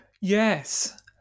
Yes